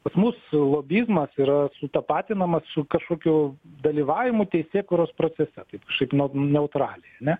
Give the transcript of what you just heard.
pas mus lobizmas yra sutapatinamas su kažkokiu dalyvavimu teisėkūros procese taip kažkaip neutraliai ar ne